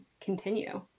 continue